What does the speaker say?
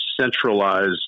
centralized